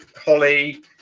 holly